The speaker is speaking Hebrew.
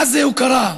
מה זו הוקרה,